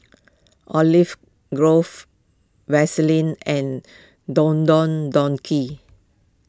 Olive Grove Vaseline and Don Don Donki